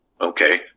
okay